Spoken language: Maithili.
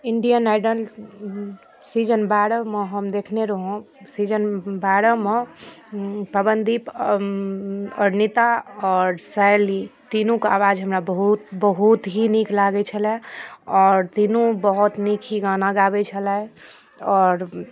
ईण्डियन आइडल सीजन बारहमे हम देखने रहूॅं सीजन बारहमे पवनदीप अरुणिता आओर शैली तीनूके आवाज हमरा बहुत बहुत ही नीक लागै छलाए आओर तीनू बहुत नीक ही गाना गाबै छलाए आओर